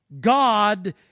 God